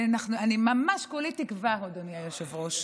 אני ממש כולי תקווה, אדוני היושב-ראש,